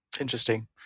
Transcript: Interesting